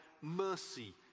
mercy